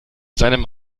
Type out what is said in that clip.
seinem